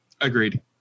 agreed